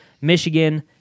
Michigan